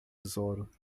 tesouro